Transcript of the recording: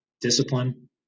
discipline